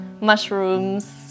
mushrooms